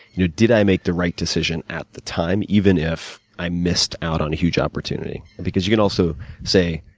you know did i make the right decision at the time, even though i missed out on a huge opportunity. because, you can also say,